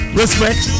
respect